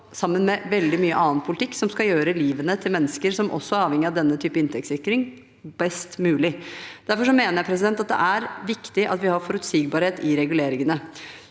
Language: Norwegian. sammen med veldig mye annen politikk, som skal gjøre livet til mennesker, som også er avhengig av denne type inntektssikring, best mulig. Derfor mener jeg at det er viktig at vi har forutsigbarhet i reguleringene.